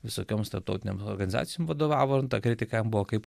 visokioms tarptautinėm organizacijom vadovavo ir kritikam buvo kaip